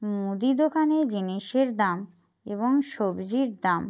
মুদি দোকানে জিনিসের দাম এবং সবজির দাম